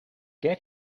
get